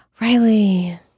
Riley